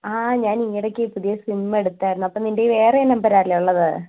ആ ഞാൻ ഈയിടക്ക് പുതിയ സിം എടുത്തിരുന്നു അപ്പോൾ നിൻ്റേൽ വേറെ നമ്പർ അല്ലേ ഉള്ളത്